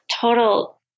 total